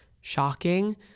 shocking